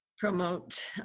promote